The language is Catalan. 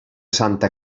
santa